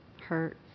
hurt